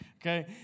okay